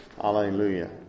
hallelujah